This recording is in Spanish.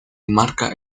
enmarca